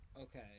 Okay